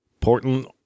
Portland